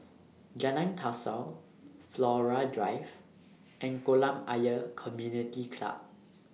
Jalan Kasau Flora Drive and Kolam Ayer Community Club